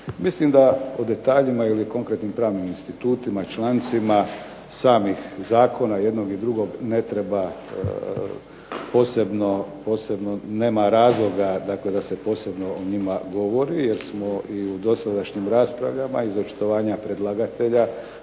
Mislim da o detaljima ili konkretnim pravnim institutima i člancima samih zakona jednog i drugog ne treba posebno, nema razloga dakle da se posebno o njima govori jer smo i u dosadašnjim raspravama iz očitovanja predlagatelja